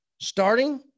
starting